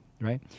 right